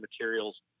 materials